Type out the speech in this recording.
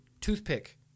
toothpick